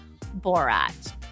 Borat